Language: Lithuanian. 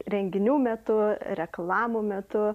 renginių metu reklamų metu